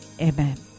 amen